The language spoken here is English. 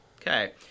Okay